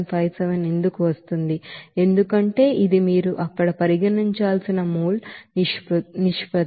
0754 ఎందుకు వస్తోంది ఎందుకంటే ఇది మీరు అక్కడ పరిగణించాల్సిన మోల్ నిష్పత్తి